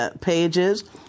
pages